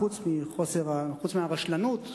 חוץ מהרשלנות שבעניין,